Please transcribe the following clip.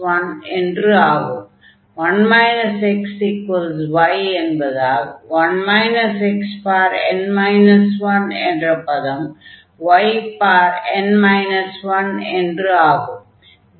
1 xy என்பதால் n 1 என்ற பதம் yn 1 என்று ஆகும்